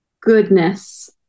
goodness